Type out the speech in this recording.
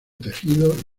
tejidos